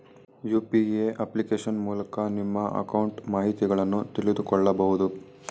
UPA application ಮೂಲಕ ನಿಮ್ಮ account ಮಾಹಿತಿಯನ್ನು ತಿಳಿದುಕೊಳ್ಳಬಹುದು